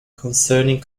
concerning